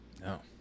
No